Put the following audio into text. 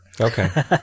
Okay